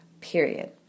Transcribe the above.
Period